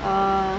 oh